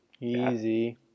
Easy